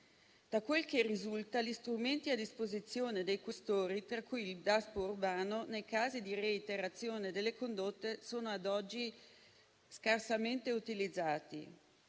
Da quel che risulta, gli strumenti a disposizione dei questori, tra cui il Daspo urbano, nei casi di reiterazione delle condotte sono ad oggi scarsamente utilizzati.